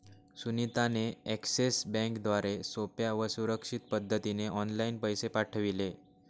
सुनीता ने एक्सिस बँकेद्वारे सोप्या व सुरक्षित पद्धतीने ऑनलाइन पैसे पाठविले